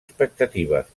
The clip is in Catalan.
expectatives